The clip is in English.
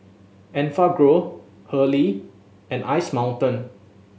Enfagrow Hurley and Ice Mountain